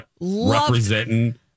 Representing